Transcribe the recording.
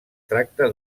tracta